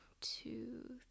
two